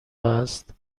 است